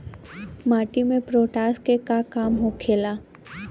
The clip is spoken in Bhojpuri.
माटी में पोटाश के का काम होखेला?